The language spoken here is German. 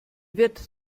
wird